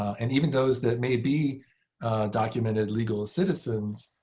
and even those that may be documented legal ah citizens